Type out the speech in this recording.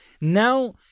Now